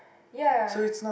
ya